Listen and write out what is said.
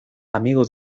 amigo